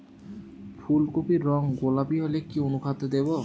ফুল কপির রং গোলাপী হলে কি অনুখাদ্য দেবো?